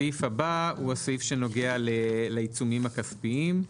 הסעיף הבא הוא הסעיף שנוגע לעיצומים הכספיים.